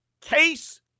Case